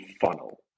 funnel